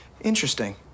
interesting